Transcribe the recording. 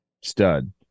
Stud